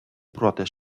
проти